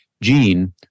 gene